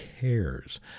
cares